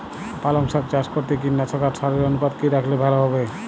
পালং শাক চাষ করতে কীটনাশক আর সারের অনুপাত কি রাখলে ভালো হবে?